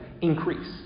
increase